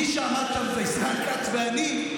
מי שעמד שם הוא ישראל כץ ואני,